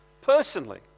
personally